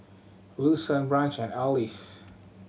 Wilson Branch and Alys